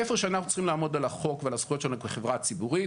איפה שאנחנו צריכים לעמוד על החוק ועל הזכויות שלנו כחברה ציבורית,